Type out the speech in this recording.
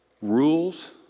Rules